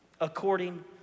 according